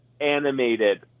animated